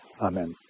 Amen